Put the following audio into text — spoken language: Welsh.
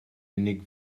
unig